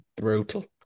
brutal